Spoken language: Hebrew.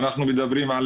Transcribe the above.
אנחנו מדברים על